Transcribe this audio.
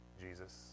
Jesus